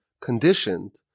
conditioned